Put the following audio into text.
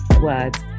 words